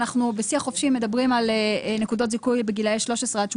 אנחנו בשיא החופשי מדברים על נקודות זיכוי בגילאי 13-18,